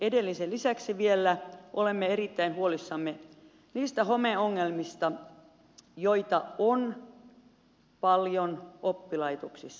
edellisen lisäksi vielä olemme erittäin huolissamme niistä homeongelmista joita on paljon oppilaitoksissa